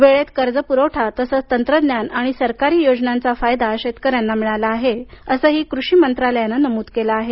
वेळेत कर्ज पुरवठा तसंच तंत्रज्ञान आणि सरकारी योजनांचा फायदा शेतकऱ्यांना मिळाला आहे असंही कृषी मंत्रालयानं नमूद केलं आहे